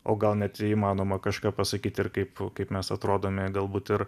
o gal net įmanoma kažką pasakyt ir kaip kaip mes atrodome galbūt ir